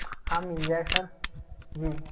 हाँ मिल जाएगा सर